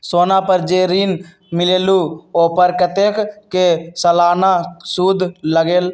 सोना पर जे ऋन मिलेलु ओपर कतेक के सालाना सुद लगेल?